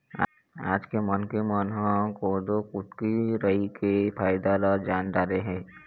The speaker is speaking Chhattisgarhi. आज के मनखे मन ह कोदो, कुटकी, राई के फायदा ल जान डारे हे